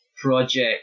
Project